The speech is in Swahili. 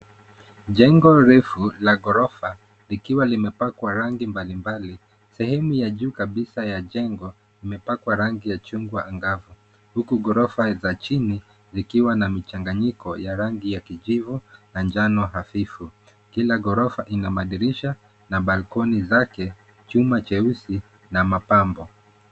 Jengo refu la ghorofa likiwa limepakwa rangi mbalimbali, sehemu ya juu kabisa ya jengo kumepakwa rangi ya chungwa angavu huku ghorofa za chini zikiwa na mchanganyiko ya rangi ya kijivu na njano hafifu. Kila ghorofa ina dirisha na balcony zake, chuma cheusi na mapambo.